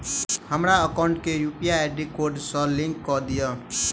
हमरा एकाउंट केँ UPI code सअ लिंक कऽ दिऽ?